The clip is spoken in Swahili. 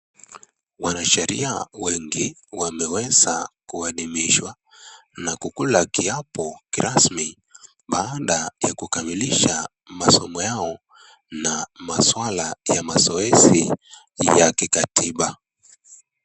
Wanasheria wengi wameweza kuadhimishwa na kukula kiapo kirasmi baada ya kukamilisha masomo yao na maswala ya mazoezi ya kikatiba.